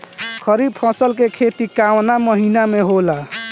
खरीफ फसल के खेती कवना महीना में होला?